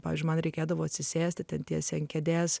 pavyzdžiui man reikėdavo atsisėsti ten tiesiai ant kėdės